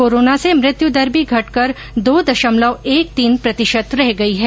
corona से मृत्युदर भी घटकर दो दशमलव एक तीन प्रतिशत रह गई है